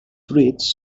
fruits